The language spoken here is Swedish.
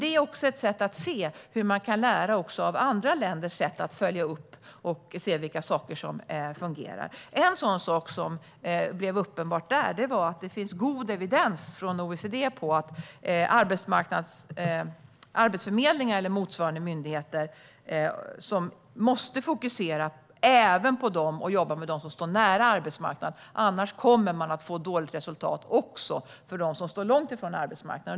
Det är ett sätt att se hur man kan lära av andra länders sätt att följa upp och se vilka saker som fungerar. En sak som blev uppenbart där var att det finns god evidens från OECD på att arbetsförmedlingar eller motsvarande myndigheter måste fokusera även på dem som står nära arbetsmarknaden och jobba med dem. Annars kommer man att få dåligt resultat också för dem som står långt från arbetsmarknaden.